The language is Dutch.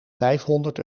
vijfhonderd